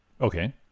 Okay